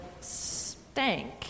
stank